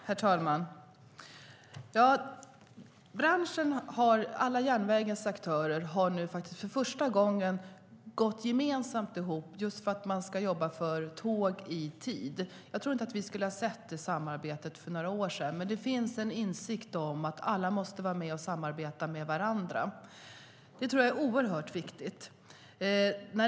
Herr talman! Alla järnvägens aktörer har nu för första gången gått gemensamt ihop för att jobba för tåg i tid. Vi skulle inte ha sett det samarbetet för några år sedan, men det finns en insikt om att alla måste samarbeta med varandra. Det är oerhört viktigt.